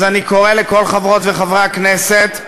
אז אני קורא לכל חברות וחברי הכנסת: